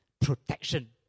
protection